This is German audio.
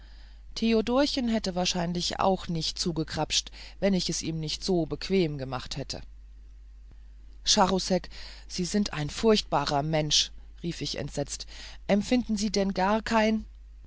theodorchen hätte wahrscheinlich auch nicht zugegrapst wenn ich's ihm nicht so bequem gemacht hätte charousek sie sind ein furchtbarer mensch rief ich entsetzt empfinden sie denn gar kein